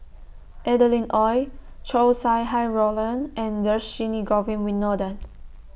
Adeline Ooi Chow Sau Hai Roland and Dhershini Govin Winodan